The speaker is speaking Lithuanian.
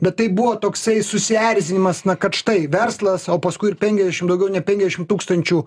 bet tai buvo toksai susierzinimas na kad štai verslas o paskui ir penkiadešim daugiau nei penkiadešim tūkstančių